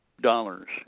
dollars